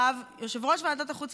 כבר אינתיפאדה שלישית,